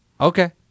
Okay